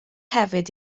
hefyd